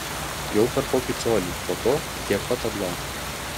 jau per kokį colį po to tiek pat atgal